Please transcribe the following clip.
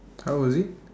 how was it